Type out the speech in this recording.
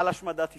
על השמדת ישראל.